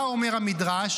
מה אומר המדרש?